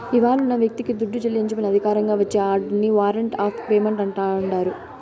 ఇవ్వాలున్న వ్యక్తికి దుడ్డు చెల్లించమని అధికారికంగా వచ్చే ఆర్డరిని వారంట్ ఆఫ్ పేమెంటు అంటాండారు